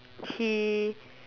he